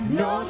no